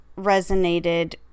resonated